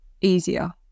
easier